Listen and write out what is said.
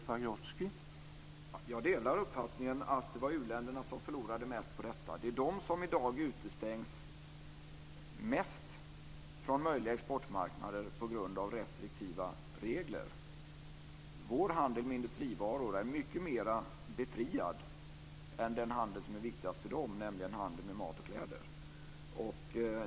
Herr talman! Jag delar uppfattningen att det var uländerna som förlorade mest på detta. Det är de som i dag utestängs mest från möjliga exportmarknader på grund av restriktiva regler. Vår handel med industrivaror är mycket mer befriad än den handel som är viktigast för dem, nämligen handeln med mat och kläder.